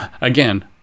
again